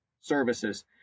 services